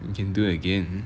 you can do it again